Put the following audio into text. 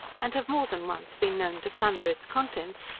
and have more than once been known to plunder its contents,